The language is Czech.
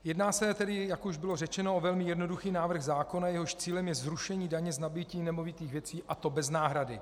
Jedná se tedy, jak už bylo řečeno, o velmi jednoduchý návrh zákona, jehož cílem je zrušení daně z nabytí nemovitých věcí, a to bez náhrady.